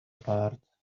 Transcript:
apart